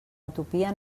utopia